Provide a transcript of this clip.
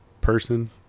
person